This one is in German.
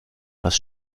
was